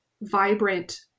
vibrant